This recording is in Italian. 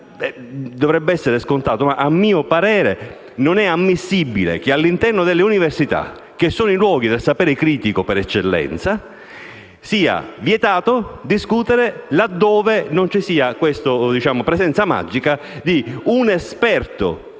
Dovrebbe essere scontato. A mio parere non è ammissibile che, all'interno delle università, che sono i luoghi del sapere critico per eccellenza, sia vietato discutere laddove non ci sia questa presenza magica di un esperto